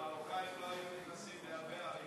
המרוקאים לא היו נכנסים להרבה ערים